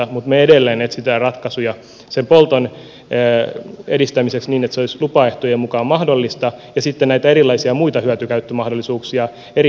mutta me edelleen etsimme ratkaisuja sen polton edistämiseksi niin että se olisi lupaehtojen mukaan mahdollista ja sitten näitä erilaisia hyötykäyttömahdollisuuksia eri hankkeissa